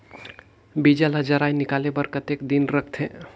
बीजा ला जराई निकाले बार कतेक दिन रखथे?